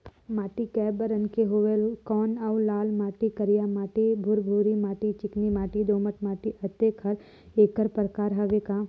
माटी कये बरन के होयल कौन अउ लाल माटी, करिया माटी, भुरभुरी माटी, चिकनी माटी, दोमट माटी, अतेक हर एकर प्रकार हवे का?